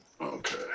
Okay